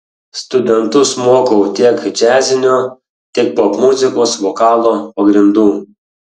studentus mokau tiek džiazinio tiek popmuzikos vokalo pagrindų